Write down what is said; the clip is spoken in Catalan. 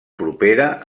propera